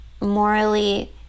Morally